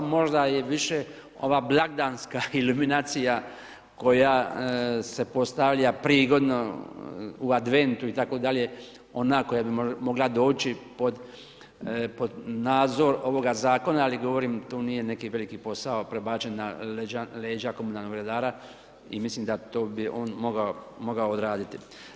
Možda je više ova blagdanska iluminacija koja se postavlja prigodno u adventu itd., ona koja bi mogla doći pod nadzor ovoga zakona ali govorim tu nije neki veliki posao prebačen na leđa komunalnog redara i mislim da to bi on mogao odraditi.